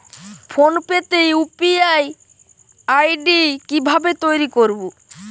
Phone pay তে UPI ID কি ভাবে তৈরি করবো?